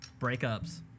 breakups